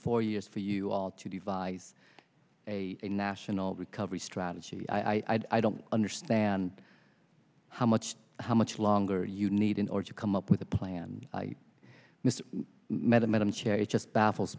four years for you all to devise a national recovery strategy i don't understand how much how much longer you need in order to come up with a plan this method madam chair it just baffles